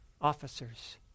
officers